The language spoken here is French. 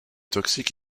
toxique